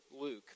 Luke